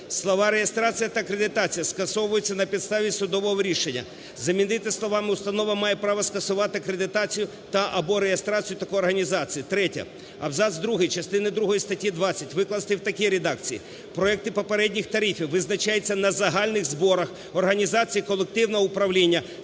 слова "реєстрація та акредитація скасовуються на підставі судового рішення" замінити словами " установа має право скасувати акредитацію та (або) реєстрацію такої організації". Третє. Абзац другий частини другої статті 20 викласти в такій редакції: "Проекти попередніх тарифів визначаються на загальних зборах організації колективного управління